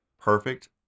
perfect